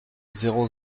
zéro